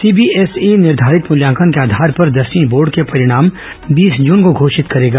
CBSE निर्घारित मुल्यांकन के आधार पर दसवीं बोर्ड के परिणाम बीस जून को घोषित करेगा